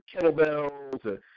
kettlebells